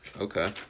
Okay